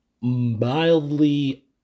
mildly